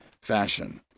fashion